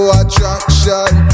attraction